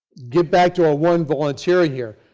get back to our one volunteer here.